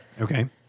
Okay